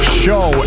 show